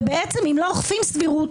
ואם לא אוכפים סבירות,